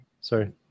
sorry